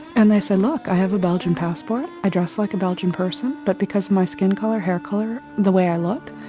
and they say, look, i have a belgian passport, i dress like a belgian person, but because of my skin colour, hair colour, the way i look,